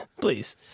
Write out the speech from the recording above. please